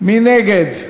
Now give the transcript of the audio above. מי נגד?